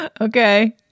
Okay